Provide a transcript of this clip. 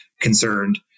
concerned